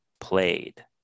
played